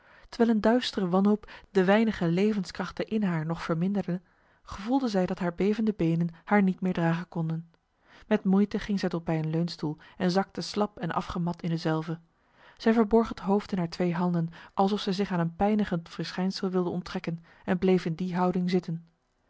terwijl een duistere wanhoop de weinige levenskrachten in haar nog verminderde gevoelde zij dat haar bevende benen haar niet meer dragen konden met moeite ging zij tot bij een leunstoel en zakte slap en afgemat in dezelve zij verborg het hoofd in haar twee handen alsof zij zich aan een pijnigend verschijnsel wilde onttrekken en bleef in die houding zitten